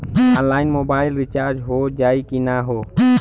Online mobile recharge हो जाई की ना हो?